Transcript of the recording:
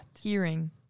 hearing